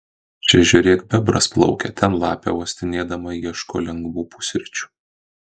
čia žiūrėk bebras plaukia ten lapė uostinėdama ieško lengvų pusryčių